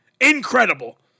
Incredible